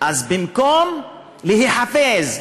אז במקום להיחפז,